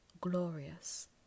glorious